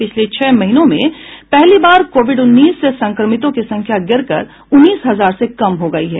पिछले छह महीनों में पहली बार कोविड उन्नीस से संक्रमितों की संख्या गिरकर उन्नीस हजार से कम हो गई है